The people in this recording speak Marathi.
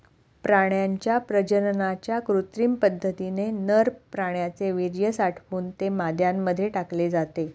प्राण्यांच्या प्रजननाच्या कृत्रिम पद्धतीने नर प्राण्याचे वीर्य साठवून ते माद्यांमध्ये टाकले जाते